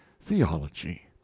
theology